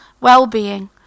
well-being